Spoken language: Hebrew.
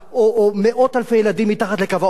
או מאות אלפי ילדים מתחת לקו העוני,